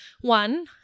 one